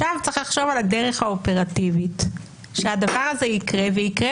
עכשיו צריך לחשוב על הדרך האופרטיבית שהדבר הזה יקרה ויקרה